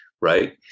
right